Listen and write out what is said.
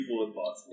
possible